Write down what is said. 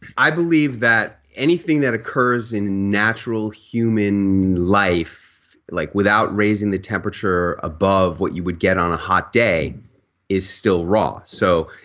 i believe that anything that occurs in natural human life, like without raising the temperature above what you would get on a hot day is still raw. so,